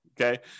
Okay